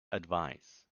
advice